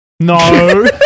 No